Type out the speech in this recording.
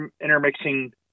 intermixing